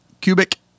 Cubic